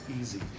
easy